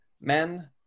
men